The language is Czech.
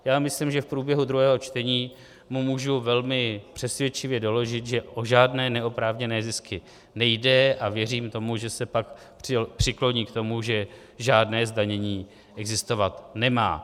Já myslím, že v průběhu druhého čtení mu můžu velmi přesvědčivě doložit, že o žádné neoprávněné zisky nejde, a věřím tomu, že se pak přikloní k tomu, že žádné zdanění existovat nemá.